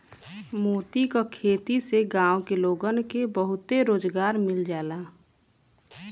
मोती क खेती से गांव के लोगन के बहुते रोजगार मिल जाला